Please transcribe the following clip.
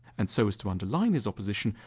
and so as to underline his opposition,